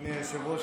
אדוני היושב-ראש,